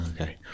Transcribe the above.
Okay